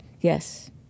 yes